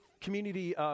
community